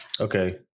Okay